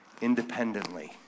independently